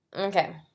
Okay